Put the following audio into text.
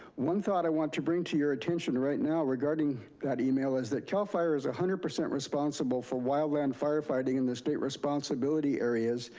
one thought i want to bring to your attention right now regarding that email is that cal fire is one ah hundred percent responsible for wildland firefighting in the state responsibility areas,